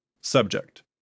Subject